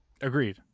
agreed